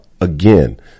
again